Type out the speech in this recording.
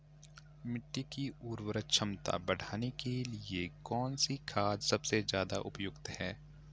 मिट्टी की उर्वरा क्षमता बढ़ाने के लिए कौन सी खाद सबसे ज़्यादा उपयुक्त है?